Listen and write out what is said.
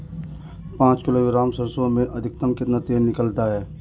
पाँच किलोग्राम सरसों में अधिकतम कितना तेल निकलता है?